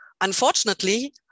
unfortunately